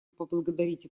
поблагодарить